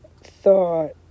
thought